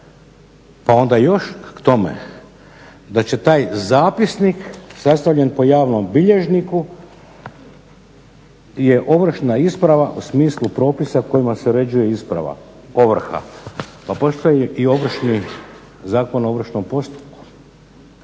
Pa onda još k tome da taj zapisnik sastavljen po javnom bilježniku je ovršna isprava u smislu propisa kojima se uređuje ovrha. Pa postoji i ovršni, Zakon o ovršnom postupku.